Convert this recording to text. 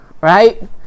Right